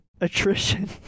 attrition